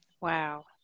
Wow